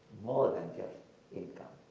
more than just income.